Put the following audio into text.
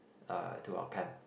uh to our camp